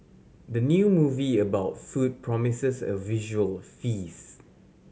the new movie about food promises a visual face